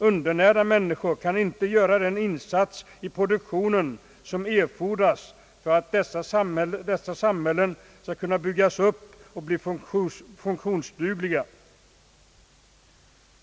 Undernärda människor kan inte göra den insats i produktionen som erfordras för att dessa samhällen skall kunna byggas upp och bli funktionsdugliga.